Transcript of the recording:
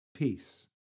Peace